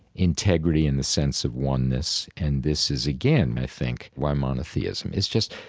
integrity in the sense of oneness. and this is again, i think, why monotheism. it's just